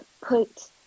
put